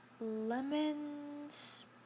lemons